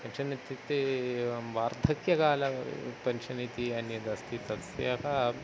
pension इत्युक्ते एवं वार्धक्यकाल पेन्शन् इति अन्यदस्ति तस्याः